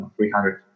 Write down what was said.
300